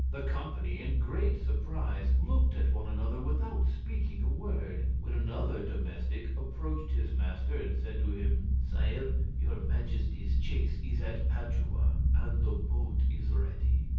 the company in great surprise looked at one another without speaking a word, when another domestic approached his master and said to him sire, your majesty's chaise is at padua, and the boat is ready.